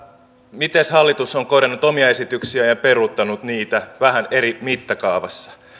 mites hallitus on korjannut omia esityksiään ja peruuttanut niitä vähän eri mittakaavassa